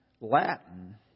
Latin